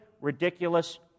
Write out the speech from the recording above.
ridiculous